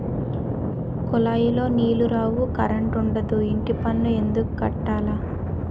కులాయిలో నీలు రావు కరంటుండదు ఇంటిపన్ను ఎందుక్కట్టాల